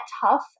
tough